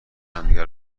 همدیگه